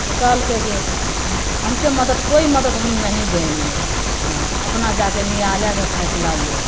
तऽ कहलकै जे हँ हमसे मदद कोइ मदद हम नहीं देंगे हँ अपना जा के न्यायालय में फैसला लो